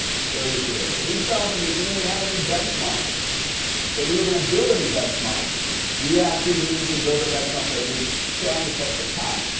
still used today. so we felt that we if we're gonna have any benchmarks that we were gonna build any benchmarks we actually needed to build a benchmark that would stand the test of time.